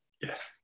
Yes